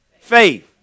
faith